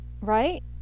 right